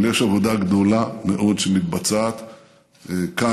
אבל יש עבודה גדולה מאוד שמתבצעת כאן.